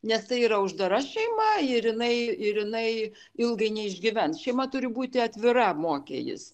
nes tai yra uždara šeima ir jinai ir jinai ilgai neišgyvens šeima turi būti atvira mokė jis